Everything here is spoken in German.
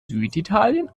süditalien